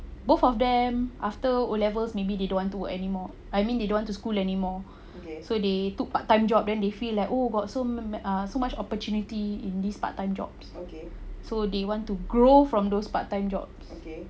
both of them after O-levels maybe they don't want to work anymore I mean they don't want to school anymore so they took part time job then they feel like oo got so ma~ ma~ so much opportunity in this part time jobs so they want to grow from those part time jobs